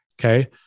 okay